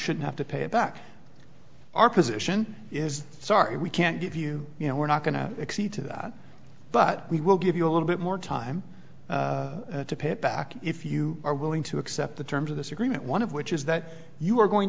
should have to pay back our position is sorry we can't give you you know we're not going to exceed to that but we will give you a little bit more time to pay it back if you are willing to accept the terms of this agreement one of which is that you are going